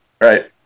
right